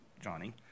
Johnny